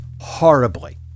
horribly